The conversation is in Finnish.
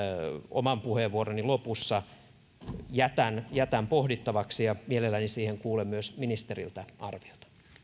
oman puheenvuoroni lopussa jätän jätän pohdittavaksi ja mielelläni siihen kuulen myös ministeriltä arviota